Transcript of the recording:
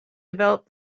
develop